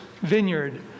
vineyard